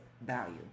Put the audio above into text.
value